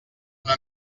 una